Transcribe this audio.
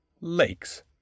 lakes